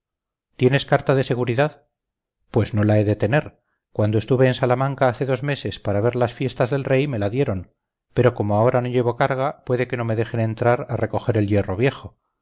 tienes carta de seguridad pues no la he de tener cuando estuve en salamanca hace dos meses para ver las fiestas del rey me la dieron pero como ahora no llevo carga puede que no me dejen entrar a recoger el hierro viejo